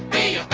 a